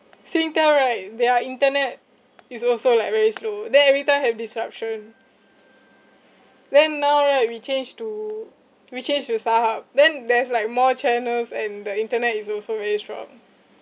singtel right their internet is also like very slow then every time have disruption then now right we change to we change to starhub then there's like more channels and the internet is also very strong